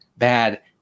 bad